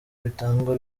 bitangwa